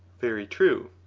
very true,